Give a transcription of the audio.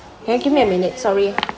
can you give me a minute sorry ah